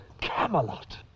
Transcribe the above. Camelot